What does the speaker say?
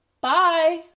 Bye